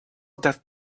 that